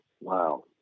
Wow